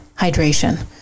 hydration